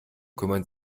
kümmern